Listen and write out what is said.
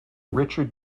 richard